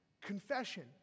confession